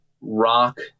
rock